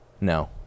no